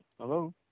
Hello